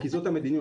כי זאת המדיניות,